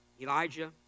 Elijah